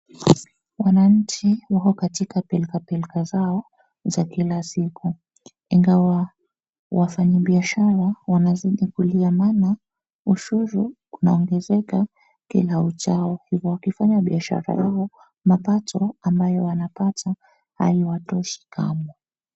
Wananchi wako katika pilka pilka zao za kila siku, ingawa wafanyibiashara wanazidi kulia maana ushuru, unaongezeka kila uchao, hivo wakifanya biashara yao, mapato amabayo wanapata, haiwatoshi kamwe.